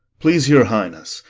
please your highness,